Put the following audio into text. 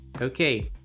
Okay